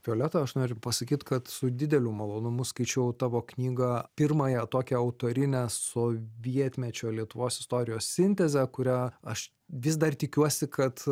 violeta aš noriu pasakyt kad su dideliu malonumu skaičiau tavo knygą pirmąją tokią autorinę sovietmečio lietuvos istorijos sintezę kurią aš vis dar tikiuosi kad